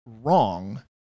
wrong